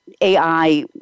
AI